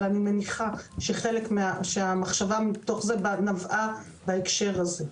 אבל אני מניחה שהמחשבה נבעה מההקשר הזה.